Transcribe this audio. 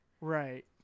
Right